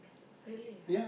really ah